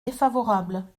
défavorable